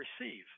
receive